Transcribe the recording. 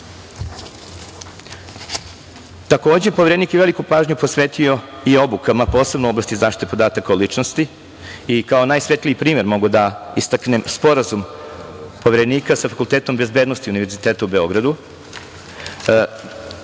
Poverenik je veliku pažnju posvetio i obukama, posebno u oblasti zaštite podataka o ličnosti i kao najsvetliji primer mogu da istaknem sporazum Poverenika sa Fakultetom bezbednosti Univerziteta u Beogradu,